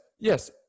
Yes